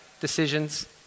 Decisions